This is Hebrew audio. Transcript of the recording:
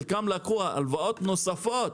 חלקם לקחו הלוואות נוספות